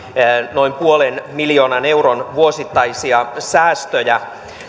noin puolen miljoonan euron vuosittaisia säästöjä